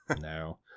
No